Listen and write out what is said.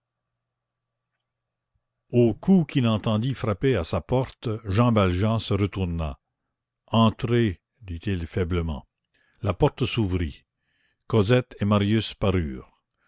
coup qu'il entendit frapper à sa porte jean valjean se retourna entrez dit-il faiblement la porte s'ouvrit cosette et marius parurent